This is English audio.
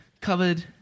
covered